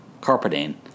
carpeting